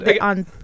on